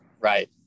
right